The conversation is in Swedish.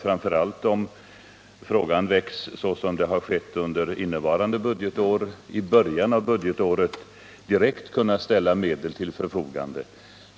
Framför allt om frågan väcks i början av budgetåret, såsom skett i år, bör länsstyrelsen ha möjligheter att direkt ställa medel till förfogande.